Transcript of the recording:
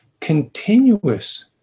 continuous